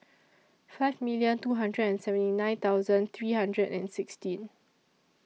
five million two hundred and seventy nine thousand three hundred and sixteen